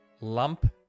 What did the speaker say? lump